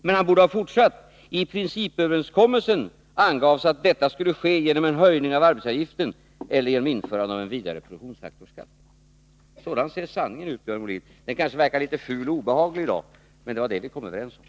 Men han borde ha fortsatt: ”I principöverenskommelsen från 1981 angavs att detta skulle ske genom en höjning av arbetsgivaravgiften eller genom införande av en vidare produktionsfaktorskatt.” Sådan ser sanningen ut, Björn Molin. Den kanske verkar litet ful och obehaglig i dag, men det var detta vi kom överens om.